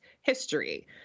history